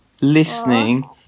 listening